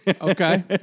Okay